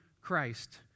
Christ